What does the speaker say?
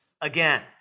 Again